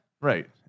Right